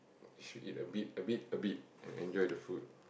should eat a bit a bit a bit and enjoy the food